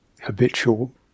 habitual